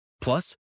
Plus